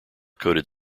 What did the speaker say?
coded